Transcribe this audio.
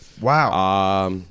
Wow